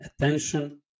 attention